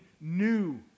new